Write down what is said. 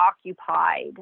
occupied